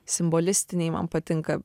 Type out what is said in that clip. simbolistiniai man patinka